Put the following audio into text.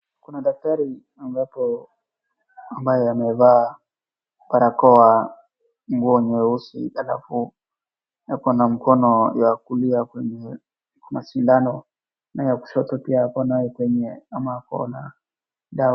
Kuna daktari ambapo, ambaye amevaa barakoa, nguo nyeusi alafu hapo na mkono ya kulia kwenye kuna sindano na ya kushoto pia kunayo kwenye ama ako na dawa.